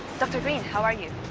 dr. green, how are you?